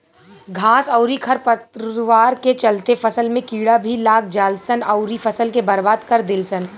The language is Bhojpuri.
घास अउरी खर पतवार के चलते फसल में कीड़ा भी लाग जालसन अउरी फसल के बर्बाद कर देलसन